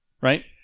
right